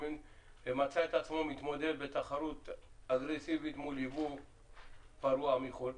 מצא את עצמו מתמודד בתחרות אגרסיבית מול יבוא פרוע מחו"ל?